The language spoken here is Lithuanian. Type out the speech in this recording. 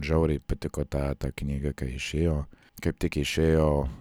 žiauriai patiko ta ta knygą kai išėjo kaip tik išėjo